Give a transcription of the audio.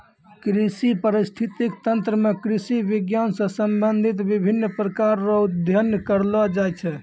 कृषि परिस्थितिकी तंत्र मे कृषि विज्ञान से संबंधित विभिन्न प्रकार रो अध्ययन करलो जाय छै